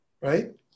right